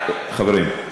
חברים,